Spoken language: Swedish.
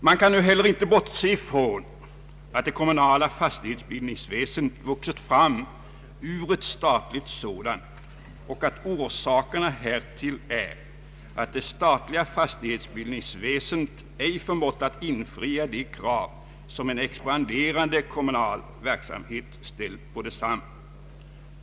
Man kan ju inte heller bortse från att det kommunala fastighetsbildningsväsendet vuxit fram ur ett statligt sådant och att orsaken härtill är att det statliga fastighetsbildningsväsendet ej förmått infria de krav som en expanderande kommunal verksamhet ställt på detsamma.